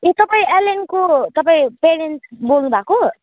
ए तपाईँ एलेनको प्यारेन्ट्स बोल्नु भएको